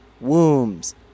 wombs